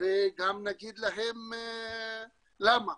וגם נגיד להם למה.